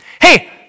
Hey